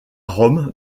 rome